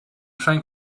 trying